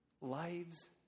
lives